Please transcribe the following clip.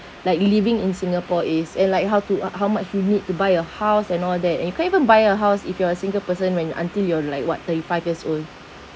like living in singapore is and like how to uh how much you need to buy a house and all that and you can't even buy a house if you are a single person when you until you're like what thirty five years old